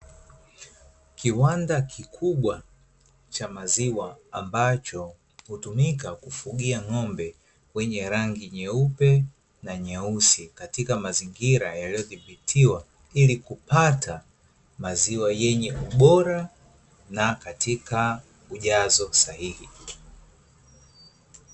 Kiwanda kikubwa cha maziwa ambacho hutumika kufugia ng'ombe wenye rangi nyeupe na nyeusi katika mazingira yaliyodhibitiwa, ili kupata maziwa yenye ubora na katika ujazo sahihi.